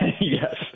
Yes